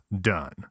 Done